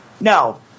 No